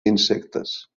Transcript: insectes